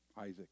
Isaac